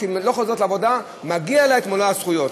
אישה שלא חוזרת לעבודה, מגיעות לה מלוא הזכויות.